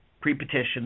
pre-petition